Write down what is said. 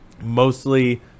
mostly